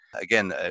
Again